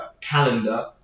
calendar